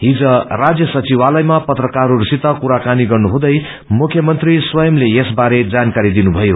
हिज राज्य सचिवालयमा पत्रकारहस्वसित कुराकानी गर्नुहँदै मुख्यमन्त्री स्वयंमले यसबारे जानकारी दिनुभयो